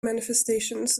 manifestations